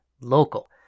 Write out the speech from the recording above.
local